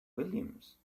williams